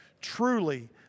Truly